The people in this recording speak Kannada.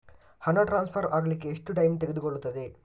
ಹಣ ಟ್ರಾನ್ಸ್ಫರ್ ಅಗ್ಲಿಕ್ಕೆ ಎಷ್ಟು ಟೈಮ್ ತೆಗೆದುಕೊಳ್ಳುತ್ತದೆ?